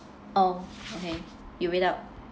oh okay you read out